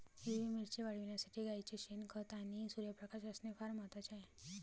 हिरवी मिरची वाढविण्यासाठी गाईचे शेण, खत आणि सूर्यप्रकाश असणे फार महत्वाचे आहे